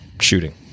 shooting